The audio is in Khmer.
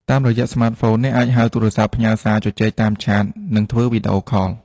តាមរយៈស្មាតហ្វូន អ្នកអាច ហៅទូរស័ព្ទ ផ្ញើសារ ជជែកតាមឆាត និងធ្វើវីដេអូខល។